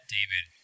David